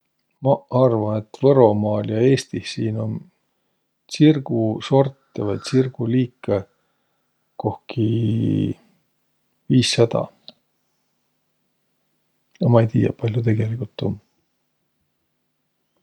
Maq arva, et võromaal ja Eestih siin um tsirgusortõ vai tsirguliikõ kohki viissada, a ma ei tiiäq, pall'o tegeligult um.